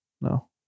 No